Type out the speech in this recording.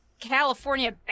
California